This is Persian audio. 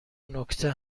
نکته